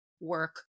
work